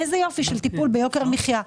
איזה יופי של טיפול ביוקר המחיה.